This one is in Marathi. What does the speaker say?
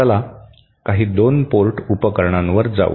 चला काही 2 पोर्ट उपकरणांवर जाऊ